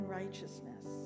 righteousness